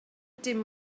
dim